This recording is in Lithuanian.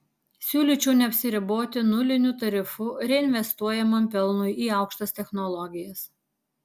siūlyčiau neapsiriboti nuliniu tarifu reinvestuojamam pelnui į aukštas technologijas